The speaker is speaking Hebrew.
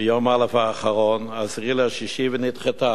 ביום א' האחרון, 10 ביוני, ונדחתה.